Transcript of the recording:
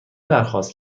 درخواست